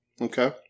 Okay